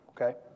Okay